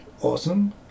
awesome